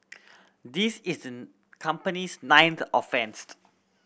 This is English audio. this is company's ninth offence